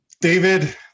david